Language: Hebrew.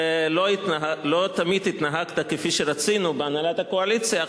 ולא תמיד התנהגת כפי שרצינו בהנהלת הקואליציה,